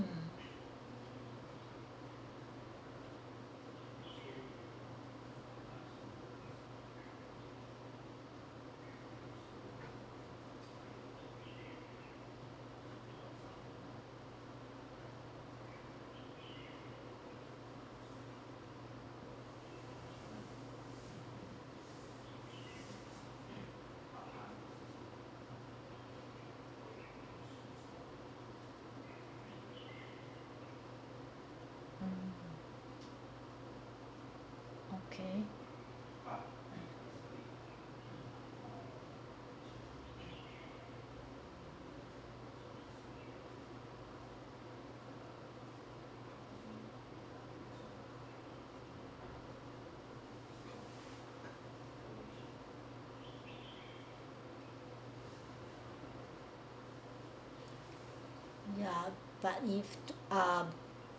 mm hmm okay ya but if ah